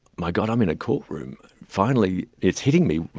my god, i'm in a courtroom, finally it's hitting me,